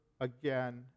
again